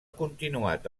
continuat